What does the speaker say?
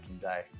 day